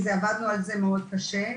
עבדנו על זה מאוד קשה,